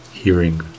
Hearing